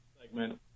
segment